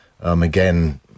Again